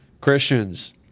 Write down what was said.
Christians